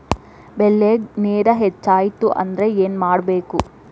ಬೆಳೇಗ್ ನೇರ ಹೆಚ್ಚಾಯ್ತು ಅಂದ್ರೆ ಏನು ಮಾಡಬೇಕು?